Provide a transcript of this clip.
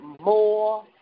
more